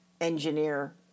engineer